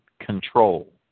control